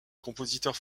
compositeurs